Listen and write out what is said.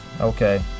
Okay